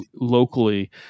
locally